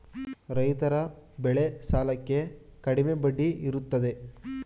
ರೈತರ ಬೆಳೆ ಸಾಲಕ್ಕೆ ಕಡಿಮೆ ಬಡ್ಡಿ ಇರುತ್ತದೆ